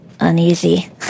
Uneasy